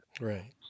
Right